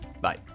Bye